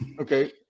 Okay